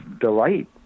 delight